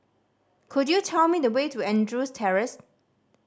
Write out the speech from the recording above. could you tell me the way to Andrews Terrace